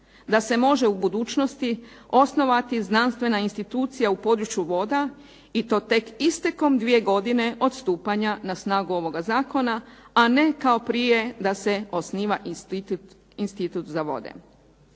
da se može u budućnosti osnovati znanstvena institucija u području voda i to tek istekom dvije godine od stupanja na snagu ovoga zakona, a ne kao prije da se osniva institut za vode.